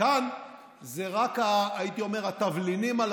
כאן הייתי אומר שזה רק התבלינים על